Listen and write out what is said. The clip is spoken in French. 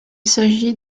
s’agit